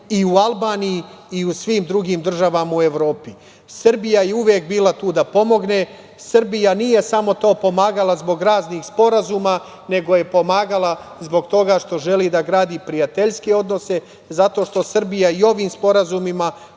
i u Albaniji i u svim drugim državama u Evropi. Srbija je uvek bila tu da pomogne. Srbija nije samo pomagala zbog raznih sporazuma, nego je pomagala zbog toga što želi da gradi prijateljske odnose, zato što Srbija i ovim sporazumima